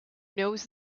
knows